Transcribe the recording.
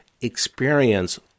experience